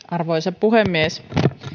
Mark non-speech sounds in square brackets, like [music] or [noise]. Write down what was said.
[unintelligible] arvoisa puhemies